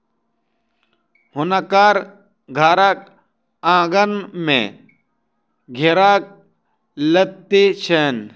हुनकर घरक आँगन में घेराक लत्ती छैन